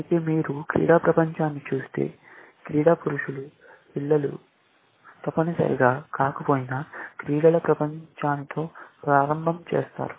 అయితే మీరు క్రీడా ప్రపంచాన్ని చూస్తే క్రీడా పురుషుల పిల్లలు తప్పనిసరిగా కాకపోయినా క్రీడల ప్రపంచాన్నితో ప్రారంభం చేస్తారు